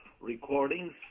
recordings